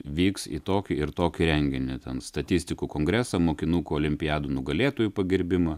vyks į tokį ir tokį renginį ten statistikų kongresą mokinukų olimpiadų nugalėtojų pagerbimą